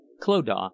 clodagh